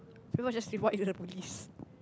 people just report to the police